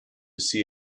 see